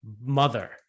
mother